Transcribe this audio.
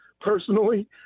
personally